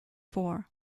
four